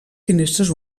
finestres